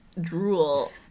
drool